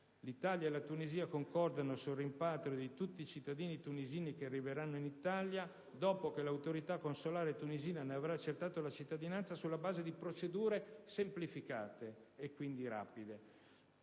l'Italia e la Tunisia concordano sul rimpatrio di tutti i cittadini tunisini che arriveranno in Italia dopo che l'autorità consolare tunisina ne avrà accertato la cittadinanza, sulla base di procedure semplificate e quindi rapide.